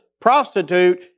prostitute